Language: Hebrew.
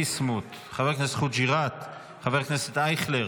ביסמוט, חבר הכנסת חוג'יראת, חבר הכנסת אייכלר,